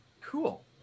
Cool